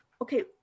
Okay